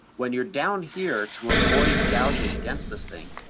when you're down here to avoid gouging against this thing,